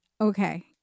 okay